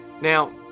Now